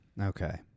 okay